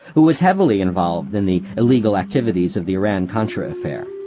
who was heavily involved in the illegal activities of the iran contra affair.